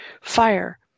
Fire